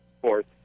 Fourth